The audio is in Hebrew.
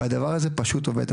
והדבר הזה פשוט עובד.